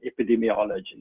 epidemiology